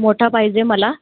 मोठा पाहिजे मला